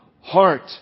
heart